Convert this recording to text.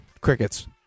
Crickets